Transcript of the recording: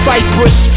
Cyprus